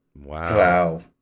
Wow